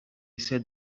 said